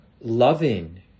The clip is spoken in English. loving